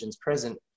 present